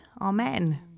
amen